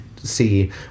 see